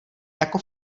jako